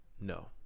No